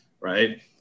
Right